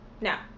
No